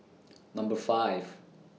Number five